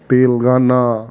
Telangana